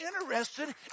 interested